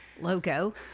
logo